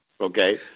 okay